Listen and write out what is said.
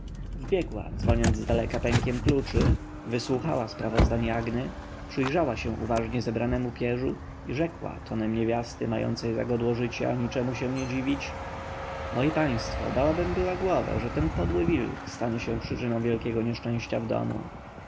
wbiegła dzwoniąc zdaleka pękiem kluczy wysłuchała sprawozdań jagny przyjrzała się uważnie zebranemu pierzu i rzekła tonem niewiasty mającej za godło życia niczemu się nie dziwić moi państwo dałabym była głowę że ten podły wilk stanie się przyczyną wielkiego nieszczęścia w domu